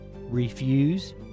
refuse